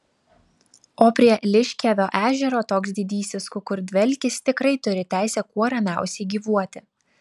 o prie liškiavio ežero toks didysis kukurdvelkis tikrai turi teisę kuo ramiausiai gyvuoti